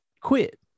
quit